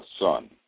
son